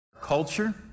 culture